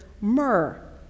myrrh